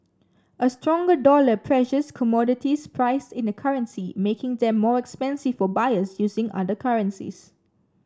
a stronger dollar pressures commodities priced in the currency making them more expensive for buyers using other currencies